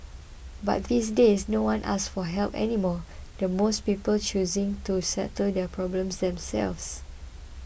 but these days no one asks for help anymore with most people choosing to settle their problems themselves